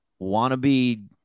wannabe